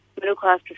middle-class